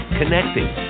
connecting